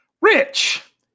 Rich